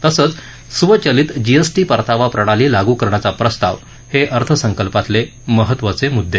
तसंच स्वचलित जीएसटी परतावा प्रणाली लागू करण्याचा प्रस्ताव हे अर्थसंकल्पातले महत्त्वाचे मुद्दे